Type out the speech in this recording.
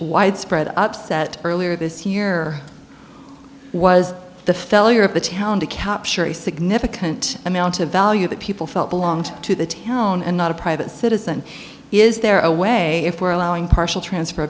widespread upset earlier this year was the feller of the town to capture a significant amount of value that people felt belonged to the town and not a private citizen is there a way if we're allowing partial trans